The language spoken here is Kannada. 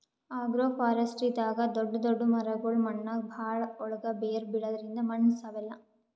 ಅಗ್ರೋಫಾರೆಸ್ಟ್ರಿದಾಗ್ ದೊಡ್ಡ್ ದೊಡ್ಡ್ ಮರಗೊಳ್ ಮಣ್ಣಾಗ್ ಭಾಳ್ ಒಳ್ಗ್ ಬೇರ್ ಬಿಡದ್ರಿಂದ್ ಮಣ್ಣ್ ಸವೆಲ್ಲಾ